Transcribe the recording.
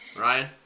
Ryan